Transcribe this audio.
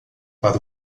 para